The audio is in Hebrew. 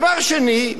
דבר שני,